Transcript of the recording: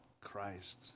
Christ